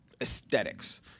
Aesthetics